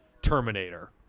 terminator